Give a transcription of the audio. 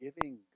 giving